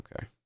Okay